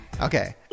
okay